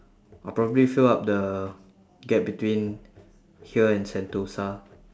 I'll probably fill up the gap between here and sentosa